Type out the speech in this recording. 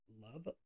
love